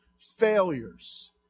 failures